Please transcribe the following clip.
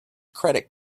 credit